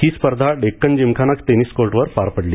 ही स्पर्धा Deccan gymkhana tennis कोर्टवर पार पडली